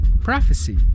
prophecy